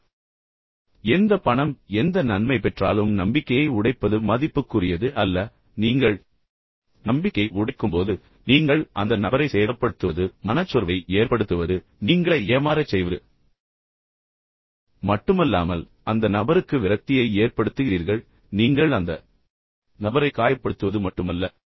நீங்கள் எந்த பணம் எந்த நன்மை பெற்றாலும் நம்பிக்கையை உடைப்பது மதிப்புக்குரியது அல்ல ஏனென்றால் நீங்கள் நம்பிக்கையை உடைக்கும்போது நீங்கள் அந்த நபரை சேதப்படுத்துவது மட்டுமல்லாமல் மனச்சோர்வை ஏற்படுத்துவது நீங்கள் ஏஏமாறச் செய்வது மட்டுமல்லாமல் அந்த நபருக்கு விரக்தியை ஏற்படுத்துகிறீர்கள் அந்த நபரை வருத்தப்படுத்துகிறீர்கள் நீங்கள் அந்த நபரை காயப்படுத்துவது மட்டுமல்ல